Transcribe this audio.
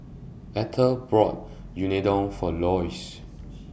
Etter bought Unadon For Loyce